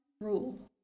rule